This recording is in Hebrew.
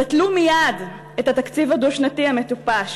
בטלו מייד את התקציב הדו-שנתי המטופש,